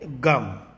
gum